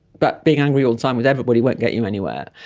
but being angry all the time with everybody won't get you anywhere.